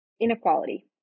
inequality